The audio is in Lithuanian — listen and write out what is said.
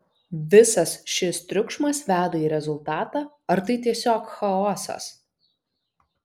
visas šis triukšmas veda į rezultatą ar tai tiesiog chaosas